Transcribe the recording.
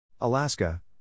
Alaska